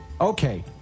Okay